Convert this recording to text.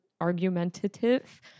argumentative